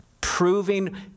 proving